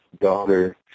daughter